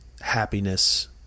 happiness